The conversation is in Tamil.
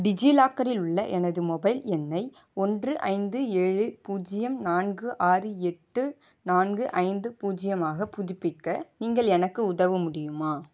டிஜிலாக்கரில் உள்ள எனது மொபைல் எண்ணை ஒன்று ஐந்து ஏழு பூஜ்ஜியம் நான்கு ஆறு எட்டு நான்கு ஐந்து பூஜ்ஜியமாக புதுப்பிக்க நீங்கள் எனக்கு உதவ முடியுமா